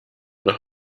nach